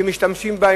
שמשתמשים בה,